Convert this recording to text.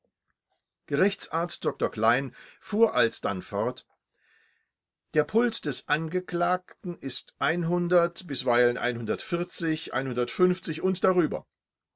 gerichtsarzt dr klein fuhr alsdann fort der puls des angeklagten ist ein bisweilen und darüber